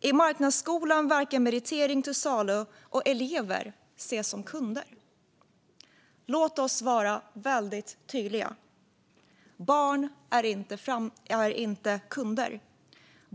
I marknadsskolan verkar meritering vara till salu, och elever ses som kunder. Låt oss vara väldigt tydliga: Barn är inte kunder.